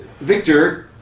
Victor